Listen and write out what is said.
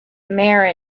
mare